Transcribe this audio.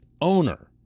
owner